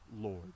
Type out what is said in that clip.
lord